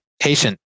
patient